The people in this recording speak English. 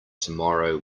tomorrow